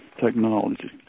technology